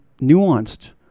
nuanced